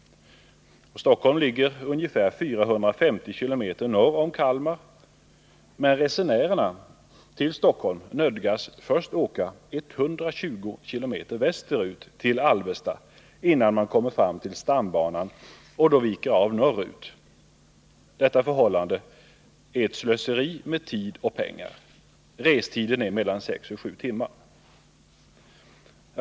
Stockholm ligger ca 450 km norr om Kalmar, men resenärerna nödgas först åka ca 120 km västerut till Alvesta innan man kommer fram till stambanan och viker av norrut. Detta är slöseri med tid och pengar. Restiden är mellan 6 och 7 timmar.